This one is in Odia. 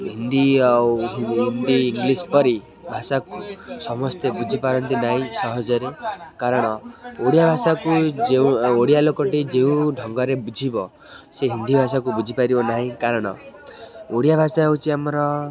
ହିନ୍ଦୀ ଆଉ ହିନ୍ଦୀ ଇଂଲିଶ କରି ଭାଷାକୁ ସମସ୍ତେ ବୁଝିପାରନ୍ତି ନାହିଁ ସହଜରେ କାରଣ ଓଡ଼ିଆ ଭାଷାକୁ ଯେଉଁ ଓଡ଼ିଆ ଲୋକଟି ଯେଉଁ ଢଙ୍ଗରେ ବୁଝିବ ସେ ହିନ୍ଦୀ ଭାଷାକୁ ବୁଝିପାରିବ ନାହିଁ କାରଣ ଓଡ଼ିଆ ଭାଷା ହେଉଛି ଆମର